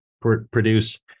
produce